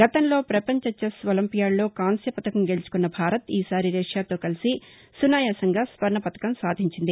గతంలో ప్రపంచ చెస్ ఒలింపియాద్లో కాంస్య పతకం గెలుచుకున్న భారత్ ఈసారి రష్యతో కలిసి సునాయాసంగా స్వర్ణపతకం సాధించింది